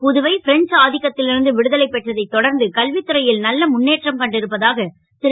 Puduvai French ஆ க்கத் ல் இருந்து விடுதலை பெற்றதைத் தொடர்ந்து கல்வித்துறை ல் நல்ல முன்னேற்றம் கண்டு இருப்பதாக ரு